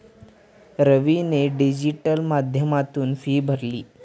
रवीने डिजिटल माध्यमातून फी भरली